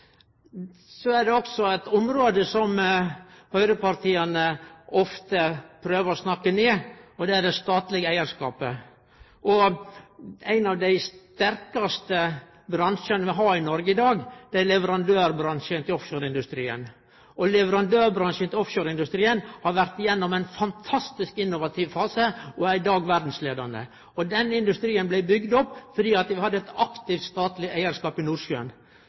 Eit område som høgrepartia ofte prøver å snakke ned, er den statlege eigarskapen. Ein av dei sterkaste bransjane vi har i Noreg i dag, er leverandørane til offshoreindustrien. Dei har vore gjennom ein fantastisk innovativ fase og er i dag verdsleiande. Og denne industrien blei bygd opp fordi vi hadde ein aktiv statleg eigarskap i Nordsjøen.